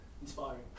inspiring